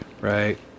Right